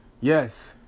Yes